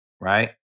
right